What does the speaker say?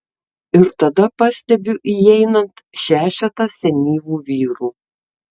ir tada pastebiu įeinant šešetą senyvų vyrų